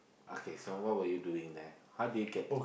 okay so what were you doing there how did you get